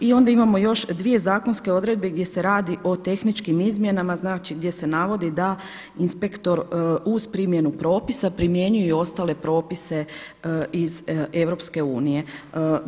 I onda imamo još dvije zakonske odredbe gdje se radi o tehničkim izmjenama, znači gdje se navodi da inspektor uz primjenu propisa primjenjuje i ostale propise iz Europske unije.